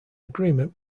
agreement